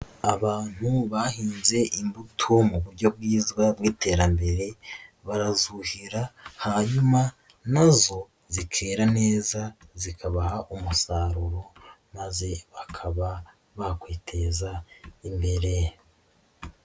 Abantu bahinze imbuto mu buryo bwiza bw'iterambere barazuhira hanyuma na zo zikera neza zikabaha umusaruro maze bakaba bakwiteza imbere.